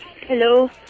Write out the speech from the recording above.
Hello